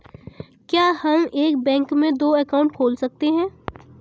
क्या हम एक बैंक में दो अकाउंट खोल सकते हैं?